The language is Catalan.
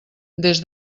des